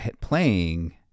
playing